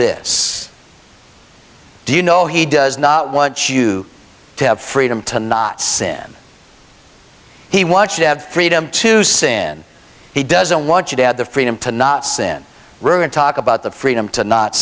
this do you know he does not want you to have freedom to not sin he watch you have freedom to sin he doesn't want you to have the freedom to not sin ruin talk about the freedom to not